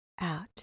out